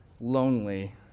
Lonely